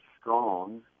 Strong